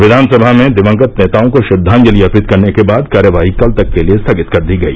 विधानसभा में दिवंगत नेताओं को श्रद्वांजलि अर्पित करने के बाद कार्यवाही कल तक के लिए स्थगित कर दी गई